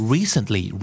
Recently